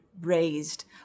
raised